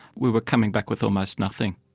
we were coming back with almost nothing.